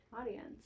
audience